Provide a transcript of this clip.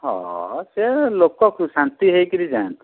ହଁ ସେ ଲୋକ ଶାନ୍ତି ହେଇକିରି ଯାଆନ୍ତୁ